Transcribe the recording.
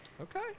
okay